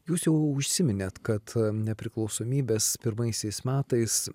jūs jau užsiminėt kad nepriklausomybės pirmaisiais metais